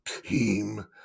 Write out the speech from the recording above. team